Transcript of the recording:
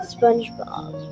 Spongebob